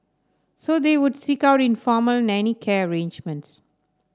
so they would seek out informal nanny care arrangements